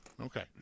Okay